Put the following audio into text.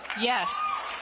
Yes